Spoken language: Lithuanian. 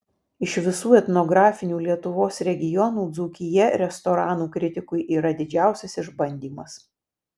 iš visų etnografinių lietuvos regionų dzūkija restoranų kritikui yra didžiausias išbandymas